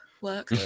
work